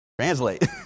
Translate